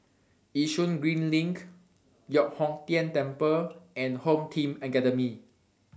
Yishun Green LINK Giok Hong Tian Temple and Home Team Academy